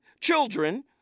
children